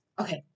okay